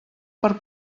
per